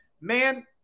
man